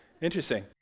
Interesting